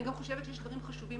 אני חושבת שיש בהסכם דברים חשובים